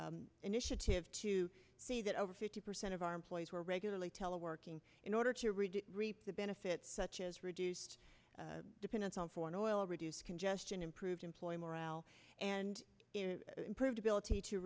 k initiative to see that over fifty percent of our employees were regularly teleworking in order to reap the benefits such as reduced dependence on foreign oil reduce congestion improved employee morale and improved ability to